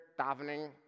davening